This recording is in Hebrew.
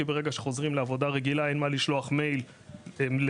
כי ברגע שחוזרים לעבודה רגילה אין מה לשלוח מייל למרחב,